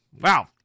Wow